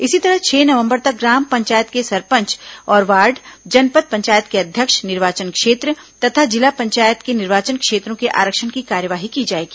इसी तरह छह नवंबर तक ग्राम पंचायत के सरपंच और वार्ड जनपद पंचायत के अध्यक्ष निर्वाचन क्षेत्र तथा जिला पंचायत के निर्वाचन क्षेत्रों के आरक्षण की कार्यवाही की जाएगी